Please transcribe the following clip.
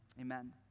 amen